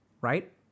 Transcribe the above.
Right